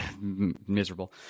Miserable